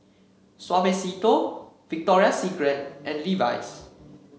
Suavecito Victoria Secret and Levi's